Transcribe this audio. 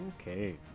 Okay